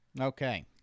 Okay